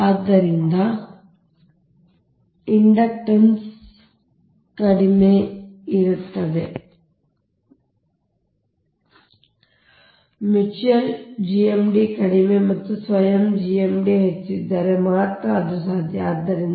ಆದ್ದರಿಂದ ಇಂಡಕ್ಟನ್ಸ್ ಕಡಿಮೆ ಇರುತ್ತದೆ ಆದ್ದರಿಂದ ಮ್ಯೂಚುಯಲ್ GMD ಕಡಿಮೆ ಮತ್ತು ಸ್ವಯಂ GMD ಹೆಚ್ಚಿದ್ದರೆ ಮಾತ್ರ ಅದು ಸಾಧ್ಯ ಆದ್ದರಿಂದ